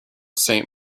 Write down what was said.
saint